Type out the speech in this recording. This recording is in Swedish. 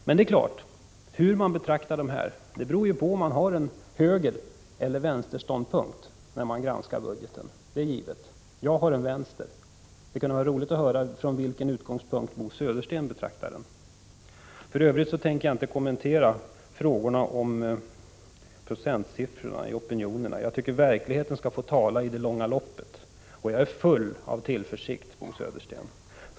Men hur man betraktar dessa förslag beror givetvis på om man har en högereller vänsterståndpunkt när man granskar budgeten. Jag har en vänsterståndpunkt. Det kunde vara roligt att höra från vilken utgångspunkt Bo Södersten betraktar budgeten. För övrigt tänker jag inte kommentera frågorna om procentsiffrorna i opinionerna. Jag tycker att verkligheten skall få tala i det långa loppet, och jag är full av tillförsikt, Bo Södersten.